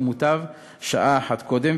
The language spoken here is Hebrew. ומוטב שעה אחת קודם,